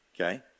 Okay